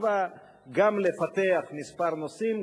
בתקווה גם לפתח כמה נושאים,